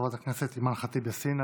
חברת הכנסת אימאן ח'טיב יאסין,